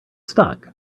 stuck